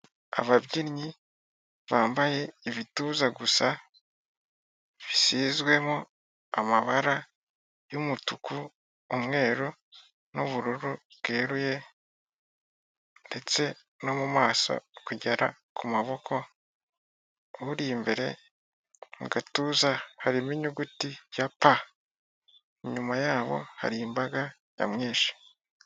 Ababyinnyi bambaye ibituza gusa, bisizwemo amabara y'umutuku, umweru, n'ubururu bweruye, ndetse no mu maso kugera ku maboko, uri imbere mu gatuza harimo inyuguti ya pa inyuma yabo hari imbaga nyamwinshi.